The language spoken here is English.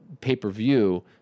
pay-per-view